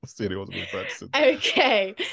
Okay